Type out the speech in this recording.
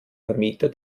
vermieter